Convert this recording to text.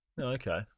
Okay